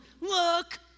look